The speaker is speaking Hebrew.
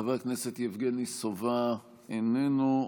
חבר הכנסת יבגני סובה, איננו.